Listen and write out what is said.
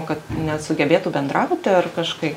kad net sugebėtų bendrauti ar kažkaip